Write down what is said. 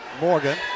Morgan